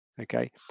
okay